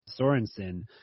Sorensen